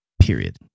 Period